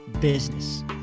business